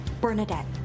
Bernadette